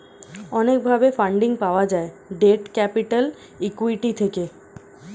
অনেক ভাবে ফান্ডিং পাওয়া যায় ডেট ক্যাপিটাল, ইক্যুইটি থেকে